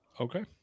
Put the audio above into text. Okay